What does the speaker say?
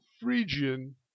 Phrygian